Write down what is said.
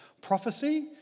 prophecy